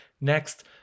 Next